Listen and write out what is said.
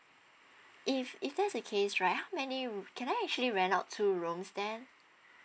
if if that's the case right how many room can I actually rent out two rooms then